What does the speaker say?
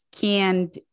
canned